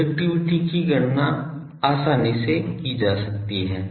directivity की गणना आसानी से की जा सकती है